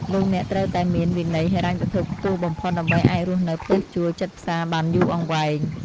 លោកអ្នកត្រូវតែមានវិន័យហិរញ្ញវត្ថុខ្ពស់បំផុត ដើម្បីអាចរស់នៅផ្ទះជួលជិតផ្សារបានយូរអង្វែង។